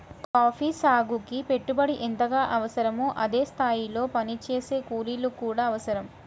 coffee సాగుకి పెట్టుబడి ఎంతగా అవసరమో అదే స్థాయిలో పనిచేసే కూలీలు కూడా అవసరం